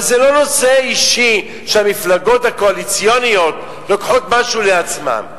אבל זה לא נושא אישי שהמפלגות הקואליציוניות לוקחות משהו לעצמן.